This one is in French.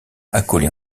accolés